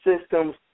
systems